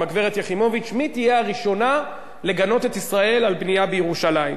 עם הגברת יחימוביץ מי תהיה הראשונה לגנות את ישראל על בנייה בירושלים,